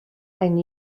and